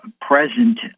present